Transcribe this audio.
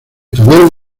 tuvieron